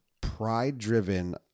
pride-driven